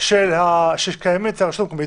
של הרשות המקומית.